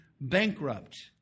bankrupt